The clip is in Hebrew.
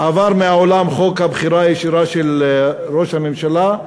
עבר מהעולם חוק הבחירה הישירה של ראש הממשלה,